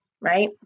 right